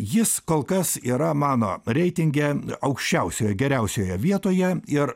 jis kol kas yra mano reitinge aukščiausioje geriausioje vietoje ir